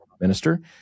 minister